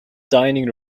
dining